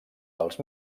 dels